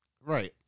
Right